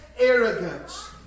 arrogance